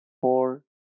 four